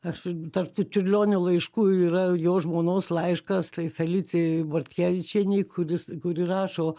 aš tarp tų čiurlionio laiškų yra jo žmonos laiškas tai felicijai bortkevičienei kuris kuri rašo